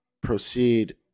proceed